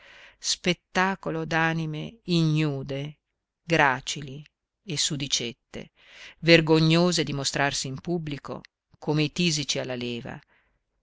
spettacolo d'anime ignude gracili e sudicette vergognose di mostrarsi in pubblico come i tisici alla leva